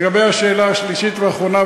לגבי השאלה השלישית והאחרונה,